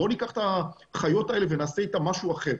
בוא ניקח את החיות האלה ונעשה איתם משהו אחר,